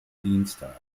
dienstag